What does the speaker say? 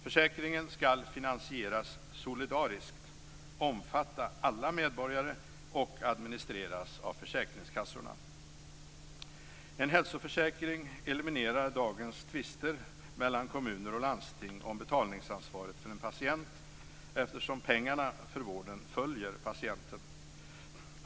Försäkringen skall finansieras solidariskt, omfatta alla medborgare och administreras av försäkringskassorna. En hälsoförsäkring eliminerar dagens tvister mellan kommuner och landsting om betalningsansvaret för en patient eftersom pengarna för vården följer patienten.